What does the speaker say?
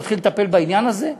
נתחיל לטפל בעניין הזה.